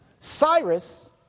Cyrus